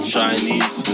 Chinese